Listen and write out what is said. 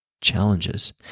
challenges